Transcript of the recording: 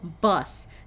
bus